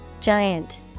Giant